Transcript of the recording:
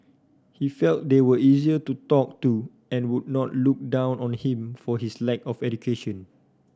he felt they were easier to talk to and would not look down on him for his lack of education